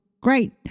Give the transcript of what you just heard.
great